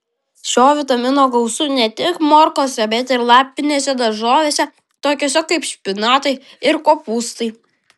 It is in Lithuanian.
šio vitamino gausu ne tik morkose bet ir lapinėse daržovėse tokiose kaip špinatai ir kopūstai